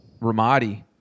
Ramadi